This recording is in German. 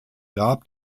grab